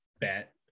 bet